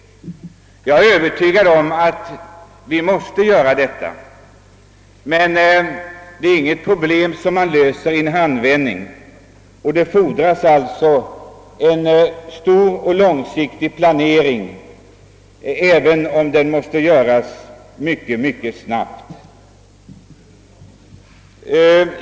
Jag är övertygad om att vi måste göra detta men det är inget problem som man löser i en handvändning, och det fordras en stor och långsiktig planering även om den måste göras mycket snabbt. Herr talman!